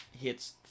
hits